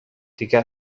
دیگر